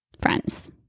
friends